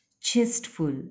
chestful